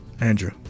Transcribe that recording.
Andrew